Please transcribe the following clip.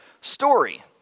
story